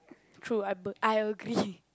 true I a~ I agree